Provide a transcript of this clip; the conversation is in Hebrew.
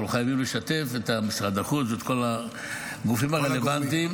אנחנו חייבים לשתף את משרד החוץ ואת כל הגופים הרלוונטיים.